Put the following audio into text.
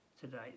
today